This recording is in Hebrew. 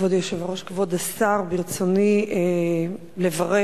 כבוד היושב-ראש, כבוד השר, ברצוני לברך